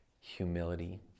humility